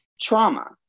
trauma